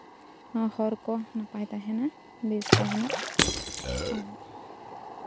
ᱦᱚᱨ ᱠᱚ ᱱᱟᱯᱟᱭ ᱛᱟᱦᱮᱱᱟ ᱵᱮᱥ ᱛᱟᱦᱮᱱᱟ ᱚᱱᱟᱜᱮ